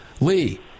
Lee